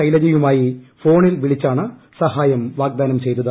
ശൈലജയുമായി ഫോണിൽ വിളിച്ചാണ് സഹായം വാഗ്ദാനം ചെയ്തത്